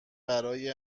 برای